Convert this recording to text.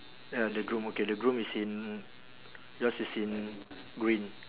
ya the groom okay the groom is in yours is in green